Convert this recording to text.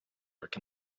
work